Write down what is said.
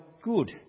good